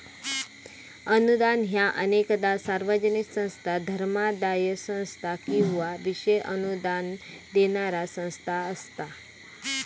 अनुदान ह्या अनेकदा सार्वजनिक संस्था, धर्मादाय संस्था किंवा विशेष अनुदान देणारा संस्था असता